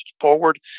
forward